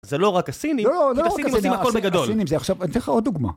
זה לא רק הסינים, כי הסינים עושים הכל בגדול. הסינים זה עכשיו... אני אתן לך עוד דוגמה.